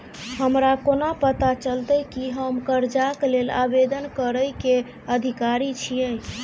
हमरा कोना पता चलतै की हम करजाक लेल आवेदन करै केँ अधिकारी छियै?